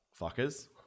Fuckers